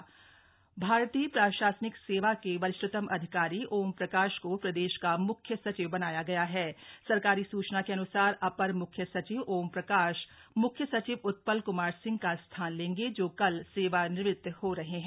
मुख्य सचिव ओमप्रकाश भारतीय प्रशासनिक सेवा के वरिष्ठतम अधिकारी ओमप्रकाश को प्रदेश का मुख्य सचिव बनाया गया हथ सरकारी सूचना के अनुसार अपर मुख्य सचिव ओमप्रकाश म्ख्य सचिव उत्पल क्मार सिंह का स्थान लेंगे जो कल सेवानिवृत हो रहे हैं